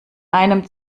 einem